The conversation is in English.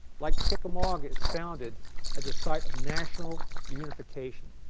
like chickamauga is founded as a site of national reunification.